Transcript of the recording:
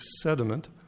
sediment